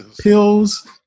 pills